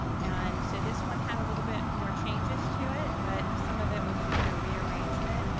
and so this one had a little bit more changes to it but some of it was just a rearrangement,